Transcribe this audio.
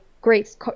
great